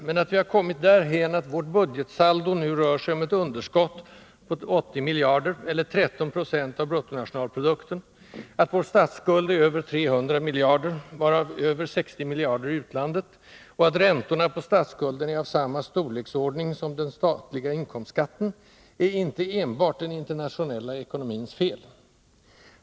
Men att vi har kommit därhän att vårt budgetsaldo nu rör sig om ett underskott på 80 miljarder, eller 13 26 av bruttonationalprodukten, att vår statsskuld är över 300 miljarder, varav över 60 miljarder i utlandet, och att räntorna på statsskulden är av samma storleksordning som den statliga inkomstskatten är inte enbart den internationella ekonomins fel.